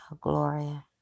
Gloria